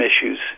issues